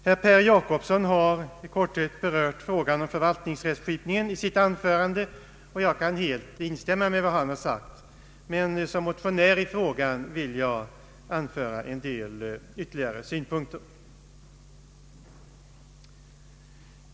Herr Per Jacobsson har i korthet berört frågan om förvaltningsrättskipningen i sitt anförande, och jag kan helt instämma med vad han sagt, men som motionär i frågan vill jag anföra en del ytterligare synpunkter.